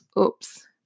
oops